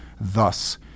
thus